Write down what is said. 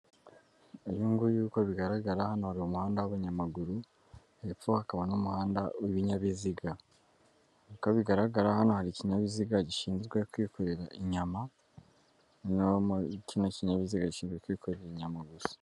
Uyu yungu uko bigaragara hano hari umuhanda w'abanyamaguru, hepfo hakaba n'umuhanda w'ibinyabiziga. Uko bigaragara hano hari ikinyabiziga gishinzwe kwikorera inyama, kino kinyabiziga gishinzwe kwikorera inyama gusa.